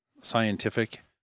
scientific